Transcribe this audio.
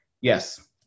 yes